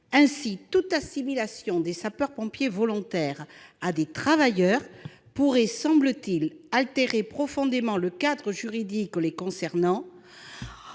Ainsi, toute assimilation des sapeurs-pompiers volontaires à des travailleurs pourrait, semble-t-il, altérer profondément le cadre juridique qui les concerne